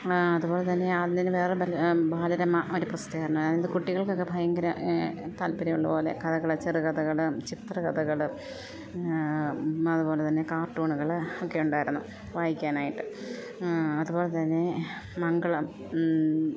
അതുപോലെത്തന്നെ അതിന് വേറെ ബാലരമ ഒരു പ്രസിദ്ധീകരണമായിരുന്നു അതിൻ്റെ കുട്ടികൾക്കൊക്കെ ഭയങ്കര താല്പര്യമുള്ള പോലെ കഥകൾ ചെറുകഥകൾ ചിത്രകഥകൾ അതുപോലെത്തന്നെ കാർട്ടൂണുകൾ ഒക്കെ ഉണ്ടായിരുന്നു വായിക്കാനായിട്ട് അതുപോലെത്തന്നെ മംഗളം